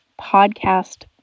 podcast